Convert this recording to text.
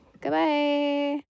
Goodbye